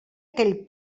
aquell